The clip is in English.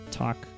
talk